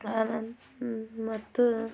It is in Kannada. ಆನನ್ ಮತ್ತು